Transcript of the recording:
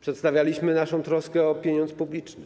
przedstawialiśmy naszą troskę o pieniądz publiczny.